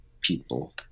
people